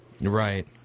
Right